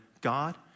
God